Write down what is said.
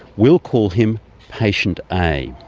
we'll call him patient a.